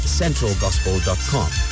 centralgospel.com